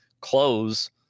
close